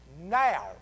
Now